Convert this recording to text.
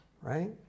right